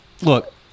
look